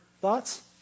thoughts